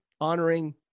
honoring